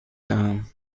دهم